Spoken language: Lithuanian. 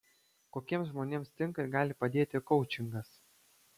kokiems žmonėms tinka ir gali padėti koučingas